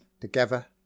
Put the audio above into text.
together